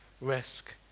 risk